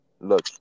look